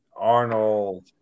Arnold